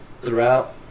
throughout